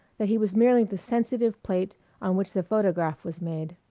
that he was merely the sensitive plate on which the photograph was made.